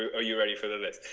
are you ready for the list?